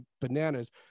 bananas